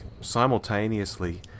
Simultaneously